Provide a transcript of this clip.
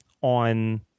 on